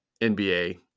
NBA